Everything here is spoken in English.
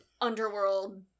underworld